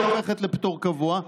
שהולכת לפטור קבוע.